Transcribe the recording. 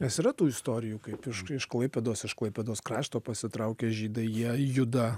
nes yra tų istorijų kaip iš iš klaipėdos iš klaipėdos krašto pasitraukę žydai jie juda